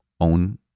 own